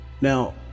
Now